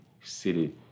city